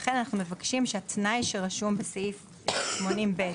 לכן אנחנו מבקשים שהתנאי שרשום בסעיף 80(ב),